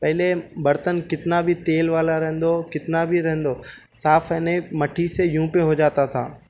پہلے برتن کتنا بھی تیل والا رہنے دو کتنا بھی رہنے دو صاف ہے نہیں مٹی سے یوں پہ ہو جاتا تھا